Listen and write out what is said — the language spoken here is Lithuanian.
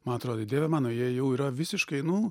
man atrodė dieve mano jie jau yra visiškai nu